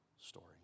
story